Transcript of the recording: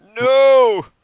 No